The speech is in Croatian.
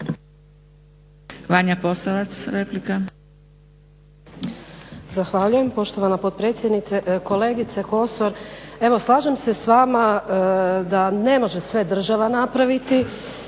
Vanja Posavac, replika.